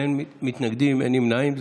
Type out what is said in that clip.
אין מתנגדים ואין נמנעים.